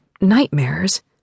nightmares